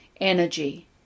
energy